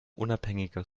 unabhängiger